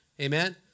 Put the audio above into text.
amen